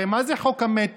הרי מה זה חוק המטרו?